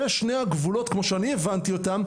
אלה שני הגבולות כמו שאני הבנתי אותם,